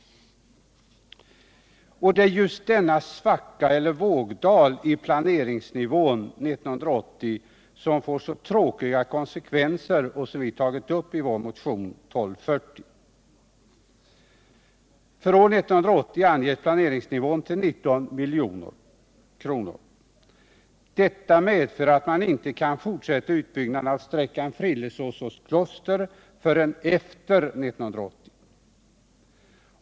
Men det är just den svacka eller vågdal i planeringsnivån 1980 som jag tidigare berört som får så tråkiga konsekvenser och som vi tagit upp i vår motion 1240. För år 1980 anges planeringsnivån till 19 milj.kr. Detta medför att man inte kan fortsätta utbyggnaden av sträckan Frillesås-Åskloster förrän efter 1980.